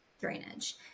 drainage